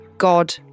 God